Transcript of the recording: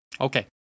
Okay